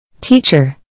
Teacher